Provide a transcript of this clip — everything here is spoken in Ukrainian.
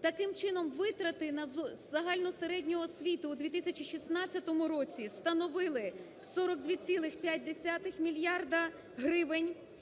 Таким чином, витрати на загальну середню освіту у 2016 році становили 42,5 мільярда